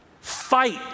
fight